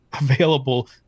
available